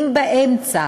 אם באמצע